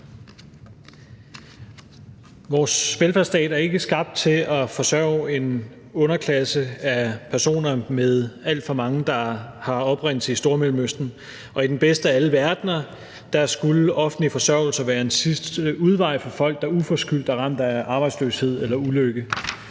Vores velfærdsstat er ikke skabt til at forsørge en underklasse af personer, hvoraf alt for mange har oprindelse i Stormellemøsten, og i den bedste af alle verdener skulle offentlig forsørgelse være en sidste udvej for folk, der uforskyldt er ramt af arbejdsløshed eller ulykke.